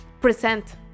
present